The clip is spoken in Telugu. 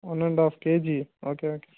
one and half KG okay okay